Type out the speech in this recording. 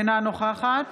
אינה נוכחת